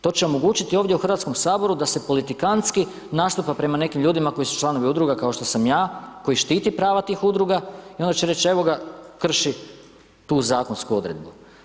To će omogućiti ovdje u HS-u da se politikantski nastupa prema nekim ljudima koji su članovi Udruga, kao što sam ja, koji štiti prava tih Udruga i onda će reći, evo ga, krši tu zakonsku odredbu.